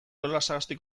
olasagastik